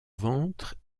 ventre